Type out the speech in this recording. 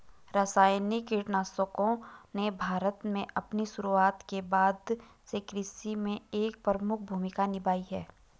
रासायनिक कीटनाशकों ने भारत में अपनी शुरूआत के बाद से कृषि में एक प्रमुख भूमिका निभाई है